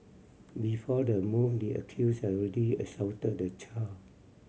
before the move the accused had already assaulted the child